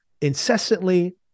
incessantly